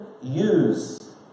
use